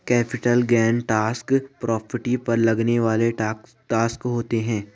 capital gain tax property पर लगने वाला टैक्स होता है